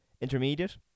intermediate